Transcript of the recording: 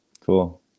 Cool